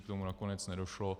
K tomu nakonec nedošlo.